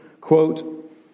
quote